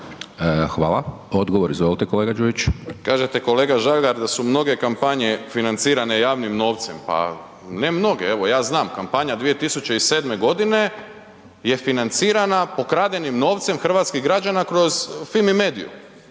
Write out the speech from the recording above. Hvala. Odgovor, izvolite kolega Đujić. **Đujić, Saša (SDP)** Kažete kolega Žagar da su mnoge kampanje financirane javnim novcem, pa ne mnoge, evo ja znam, kampanja 2007. g. je financirana pokradenim novcem hrvatskih građana kroz Fimi mediju.